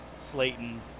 Slayton